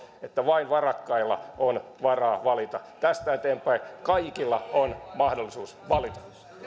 että vain varakkailla on varaa valita tästä eteenpäin kaikilla on mahdollisuus valita